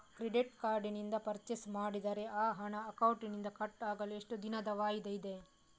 Credit card ನಿಂದ purchase ಮಾಡಿದರೆ ಆ ಹಣ ಅಕೌಂಟಿನಿಂದ ಕಟ್ ಆಗಲು ಎಷ್ಟು ದಿನದ ವಾಯಿದೆ ಇದೆ?